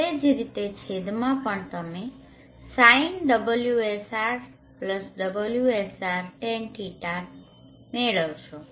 તે જ રીતે છેદમાં પણ તમે Sin ωsr ωsr Tan ϕ Tan 𝛿 મેળવશો